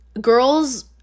girls